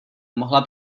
mohla